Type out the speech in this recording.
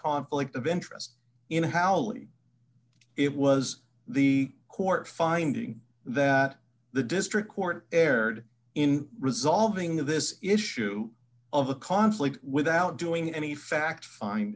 conflict of interest in how it was the court finding that the district court erred in resolving this issue of a conflict without doing any fact fin